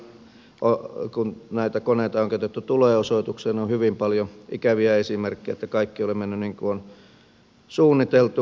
ainakin silloin kun näitä koneita on käytetty tulen osoitukseen on hyvin paljon ikäviä esimerkkejä että kaikki ei ole mennyt niin kuin on suunniteltu